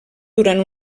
durant